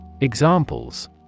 Examples